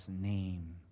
name